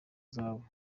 zahabu